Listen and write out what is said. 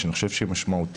ואני חושב שהיא משמעותית,